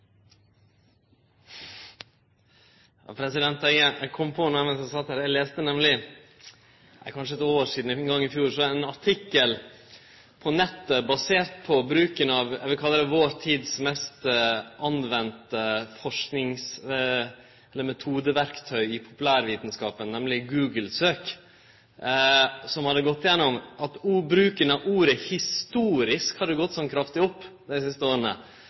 Eg kom på noko då eg sat her. Eg las for kanskje eitt år sidan, eller i fjor, ein artikkel på nettet basert på bruken av det eg vil kalle vår tids mest anvende metodeverktøy i populærvitskapen, nemleg Google-søk, som viste at bruken av ordet «historisk» hadde gått kraftig opp dei siste åra,